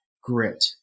grit